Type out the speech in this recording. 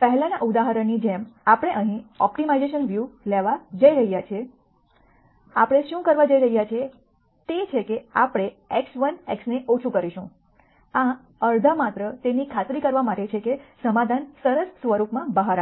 પહેલાનાં ઉદાહરણની જેમ આપણે અહીં ઓપ્ટિમાઇઝેશન વ્યુ લેવા જઈ રહ્યા છીએ આપણે શું કરવા જઈ રહ્યા છીએ તે છે કે આપણે x'xને ઓછું કરીશું આ અડધા માત્ર એની ખાતરી કરવા માટે છે કે સમાધાન સરસ સ્વરૂપમાં બહાર આવે છે